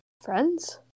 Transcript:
friends